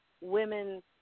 women